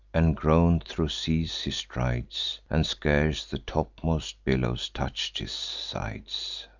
and groan'd thro' seas he strides, and scarce the topmost billows touch'd his sides.